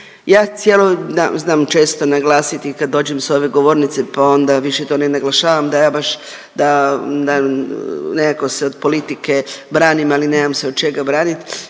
Ja cijelo, znam, znam često naglasiti kad dođem s ove govornice, pa onda više to ne naglašavam, da ja baš, da, da nekako se od politike branim, ali nemam se od čega branit,